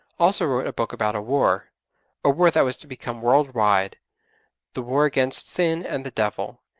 also wrote a book about a war a war that was to become world-wide the war against sin and the devil,